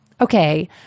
Okay